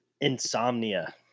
Insomnia